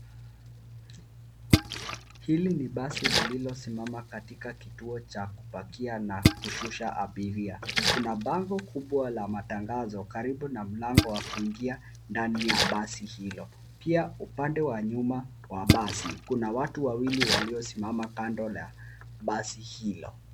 Hili ni basi lililosimama katika kituo cha pakia na kushusha abiria. Kuna bango kubwa la matangazo karibu na mlango wa kuingia ndani ya basi hilo. Pia upande wa nyuma wa basi, kuna watu wawili waliosimama kando la basi hilo.